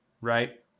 Right